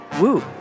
Woo